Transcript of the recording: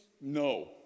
No